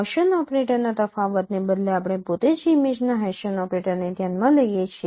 Gaussian ઓપરેટરના તફાવતને બદલે આપણે પોતે જ ઇમેજના હેસિયન ઓપરેટર ને ધ્યાનમાં લઈએ છીએ